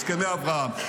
-- הסכמי אברהם.